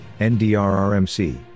NDRRMC